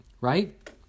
right